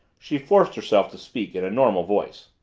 she forced herself to speak in a normal voice.